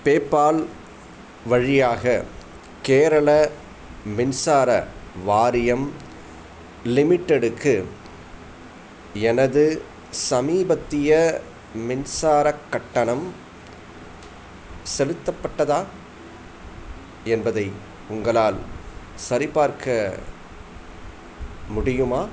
PayPal வழியாக கேரள மின்சார வாரியம் லிமிடெட்டுக்கு எனது சமீபத்திய மின்சாரக் கட்டணம் செலுத்தப்பட்டதா என்பதை உங்களால் சரிபார்க்க முடியுமா